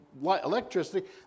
electricity